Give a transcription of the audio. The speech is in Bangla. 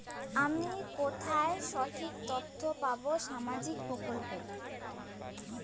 আমি কোথায় সঠিক তথ্য পাবো সামাজিক প্রকল্পের?